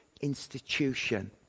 institution